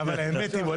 אבל האמת היא,